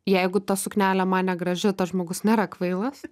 jeigu ta suknelė man negraži o tas žmogus nėra kvailas